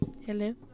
Hello